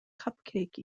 cupcake